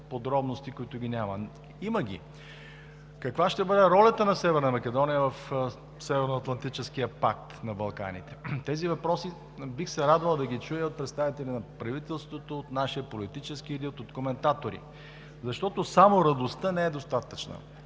подробности, които ги няма. Има ги! Каква ще бъде ролята на Северна Македония в Северноатлантическия пакт на Балканите? Тези въпроси бих се радвал да чуя от представители на правителството, от нашия политически елит или от коментатори, защото само радостта не е достатъчна.